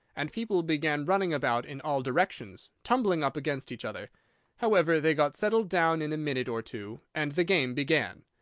and people began running about in all directions, tumbling up against each other however, they got settled down in a minute or two, and the game began.